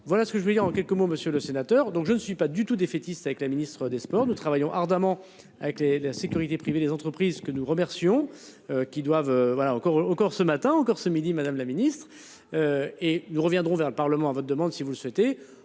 Voilà ce que je voulais dire en quelques mots, monsieur le sénateur, donc je ne suis pas du tout défaitiste avec la ministre des Sports, nous travaillons ardemment avec les la sécurité privée des entreprises, que nous remercions qui doivent voilà encore encore ce matin encore ce midi Madame la Ministre. Et nous reviendrons vers le Parlement à votre demande, si vous le souhaitez,